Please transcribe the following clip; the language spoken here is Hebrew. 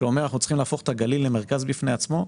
שאומר: אנחנו צריכים להפוך את הגליל למרכז בפני עצמו.